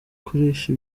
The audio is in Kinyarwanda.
kurisha